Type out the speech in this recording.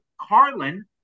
Carlin